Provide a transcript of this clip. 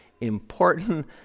important